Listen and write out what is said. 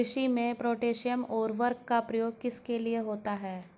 कृषि में पोटैशियम उर्वरक का प्रयोग किस लिए होता है?